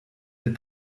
elle